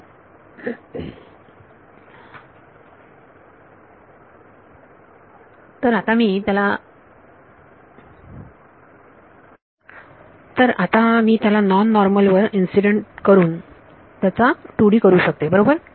तर आता मी त्याला नॉन नॉर्मल वर इन्सिडेंट करून त्याचा 2D करू शकते बरोबर